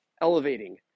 elevating